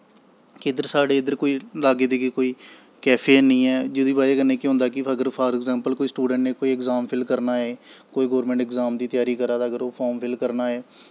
केह् साढ़े इद्धर कोई लाग्गै धीगै कोई कैफे निं ऐ जेह्दी बजह कन्नै केह् होंदा कि कोई स्टुडैंट ने फॉर अग़्ज़ैंपल फार्म फिल्ल करना होए कोई गौरमैंट अग़जाम दी त्यारी करा दा कोई फार्म फिल्ल करना होऐ